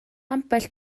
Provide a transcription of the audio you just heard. ambell